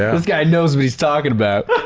this guy knows what he's talking about.